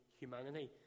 humanity